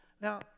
now